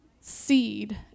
seed